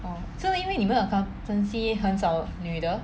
oh 是因为你们 accountancy 很少女的